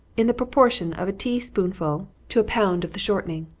in the proportion of a tea-spoonful to a pound of the shortening.